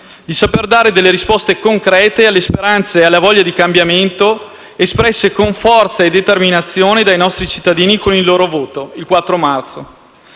di saper dare delle risposte concrete alle speranze e alla voglia di cambiamento espresse con forza e determinazione dai nostri cittadini con il loro voto il 4 marzo.